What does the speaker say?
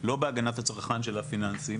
לא בהגנת הצרכן של הפיננסי,